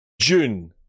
June